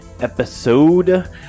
episode